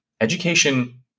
education